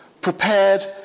prepared